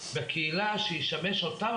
בקהילה שישמש אותנו,